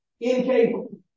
incapable